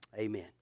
Amen